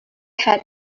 had